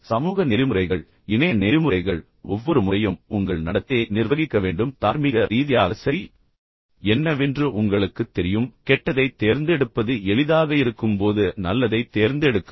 சமூக நெறிமுறைகள் இணைய நெறிமுறைகள் ஒவ்வொரு முறையும் உங்கள் நடத்தையை நிர்வகிக்க வேண்டும் தார்மீக ரீதியாக நல்லது அல்லது கெட்டது என்னவென்று உங்களுக்குத் தெரியும் கெட்டதைத் தேர்ந்தெடுப்பது எளிதாக இருக்கும்போது நல்லதைத் தேர்ந்தெடுக்கவும்